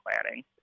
planning